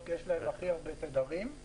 ביותר ומחזיקות במספר תדרים הרב ביותר.